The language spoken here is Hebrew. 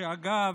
ואגב,